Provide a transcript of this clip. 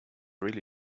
really